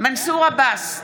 מנסור עבאס,